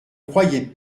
croyez